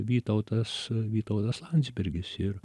vytautas vytautas landsbergis ir